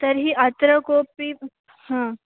तर्हि अत्र कोपि हा